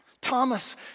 Thomas